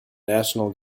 national